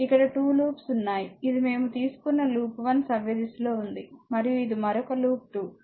ఇక్కడ 2 లూప్ లు ఉన్నాయి ఇది మేము తీసుకున్న లూప్ 1 సవ్యదిశలో ఉంది మరియు ఇది మరొక లూప్ 2